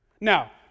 Now